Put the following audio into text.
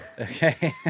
Okay